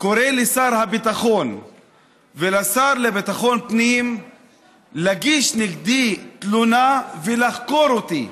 קורא לשר הביטחון ולשר לביטחון פנים להגיש נגדי תלונה ולחקור אותי,